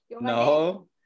No